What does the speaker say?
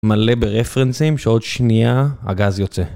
מלא ברפרנסים, שעוד שנייה הגז יוצא.